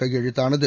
கையெழுத்தானது